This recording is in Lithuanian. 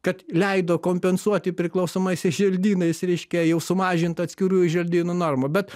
kad leido kompensuoti priklausomaisiais želdynais reiškia jau sumažintą atskirųjų želdynų normą bet